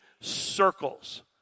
circles